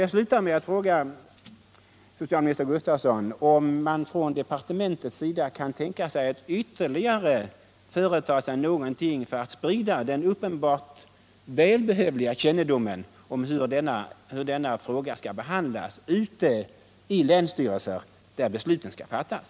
Jag slutar med att fråga socialminister Gustavsson: Kan man från departementets sida tänka sig att företa sig ytterligare något för att sprida den uppenbarligen välbehövliga informationen om denna fråga skall behandlas ute i länsstyrelser, där besluten skall fattas?